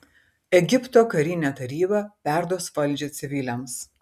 egipto karinė taryba perduos valdžią civiliams